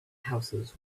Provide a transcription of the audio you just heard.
houses